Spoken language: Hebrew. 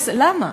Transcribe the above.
זה עושה, למה?